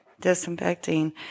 disinfecting